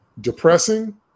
depressing